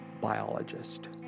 biologist